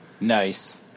Nice